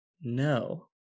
No